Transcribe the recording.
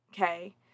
okay